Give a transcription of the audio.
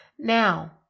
Now